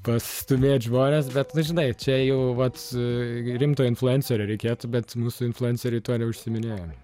pastūmėt žmones bet nu žinai čia jau vat rimto influencerio reikėtų bet mūsų influenceriai tuo neužsiiminėja